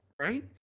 Right